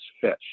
fish